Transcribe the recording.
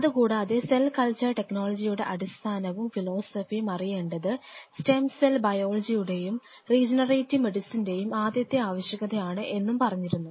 അതുകൂടാതെ cell culture ടെക്നോളജിയുടെ അടിസ്ഥാനവും ഫിലോസഫിയും അറിയേണ്ടത് സ്റ്റം സെൽ ബയോളജിയുടെയും റീജനറേറ്റീവ് മെഡിസിന്റെയും ആദ്യത്തെ ആവശ്യകത ആണ് എന്നും പറഞ്ഞിരുന്നു